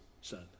son